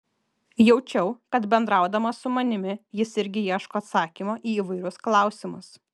jaučiau kad bendraudamas su manimi jis irgi ieško atsakymo į įvairius klausimus